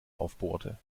aufbohrte